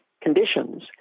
conditions